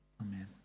amen